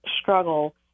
struggle